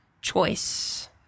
choice